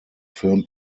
film